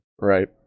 Right